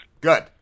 Good